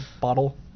bottle